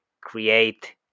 create